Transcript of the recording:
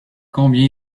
combien